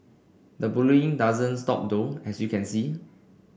the bullying doesn't stop though as you can see